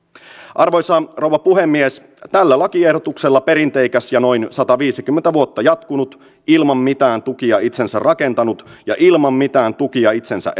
arvoisa rouva puhemies tällä lakiehdotuksella perinteikäs ja noin sataviisikymmentä vuotta jatkunut ilman mitään tukia itsensä rakentanut ja ilman mitään tukia itsensä